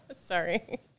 Sorry